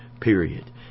period